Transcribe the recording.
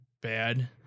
bad